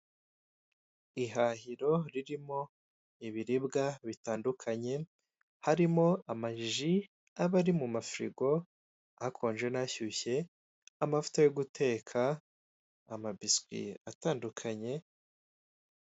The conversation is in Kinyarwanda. Ihahiro ririmo ibiribwa bitandukanye harimo amaji aba ari mu mafirigo akonje n'ashyushye, amavuta yo guteka, amabiswi atandukanye.